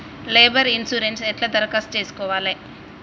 Labour insurance ఎట్ల దరఖాస్తు చేసుకోవాలే?